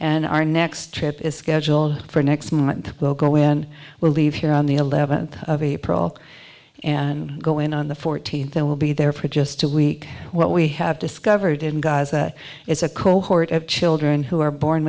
and our next trip is scheduled for next month will go when we leave here on the eleventh of april and go in on the fourteenth and we'll be there for just a week what we have discovered in guys that is a cohort of children who are born